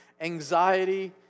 anxiety